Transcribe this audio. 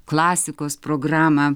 klasikos programą